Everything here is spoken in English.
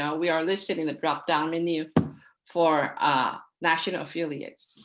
yeah we are listed in the drop-down menu for ah national affiliates.